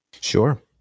sure